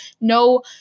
No